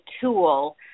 tool